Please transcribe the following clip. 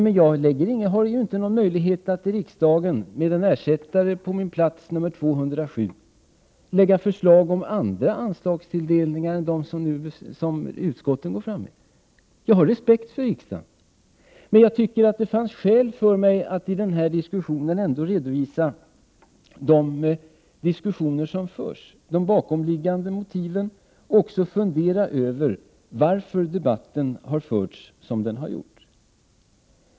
Men jag har ju inte någon möjlighet att i riksdagen, med en ersättare på min plats nr 207, lägga fram förslag om andra anslagstilldelningar än de som utskotten går fram med. Jag har respekt för riksdagen, men jag tycker att det har funnits skäl för mig att i den här debatten ändå redovisa de diskussioner som förts och de bakomliggande motiven och också fundera över varför debatten har förts som den har förts.